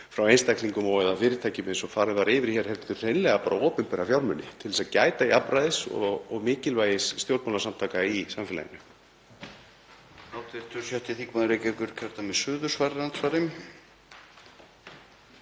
frá einstaklingum og/eða fyrirtækjum, eins og farið var yfir, heldur beinlínis bara opinbera fjármuni til að gæta jafnræðis og mikilvægis stjórnmálasamtaka í samfélaginu.